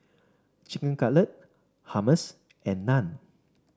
Chicken Cutlet Hummus and Naan